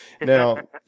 Now